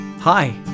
Hi